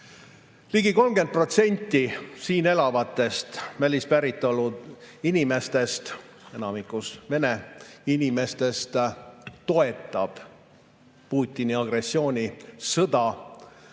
Ligi 30% siin elavatest välispäritolu inimestest, enamikus vene inimestest, toetab Putini agressioonisõda